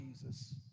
Jesus